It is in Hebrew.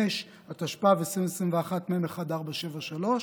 5), התשפ"ב 2021, מ/1473,